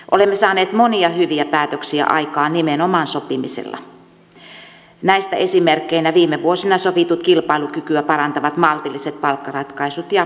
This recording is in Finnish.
olemme saaneet monia hyviä päätöksiä aikaan nimenomaan sopimisella näistä esimerkkeinä viime vuosina sovitut kilpailukykyä parantavat maltilliset palkkaratkaisut ja eläkeratkaisu